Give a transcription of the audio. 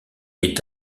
est